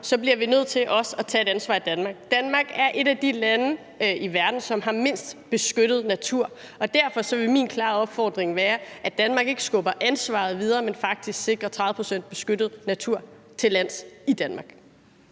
så bliver vi nødt til også at tage et ansvar i Danmark. Danmark er et af de lande i verden, som har mindst beskyttet natur, og derfor vil min klare opfordring være, at Danmark ikke skubber ansvaret videre, men faktisk sikrer 30 pct. beskyttet natur til lands i Danmark.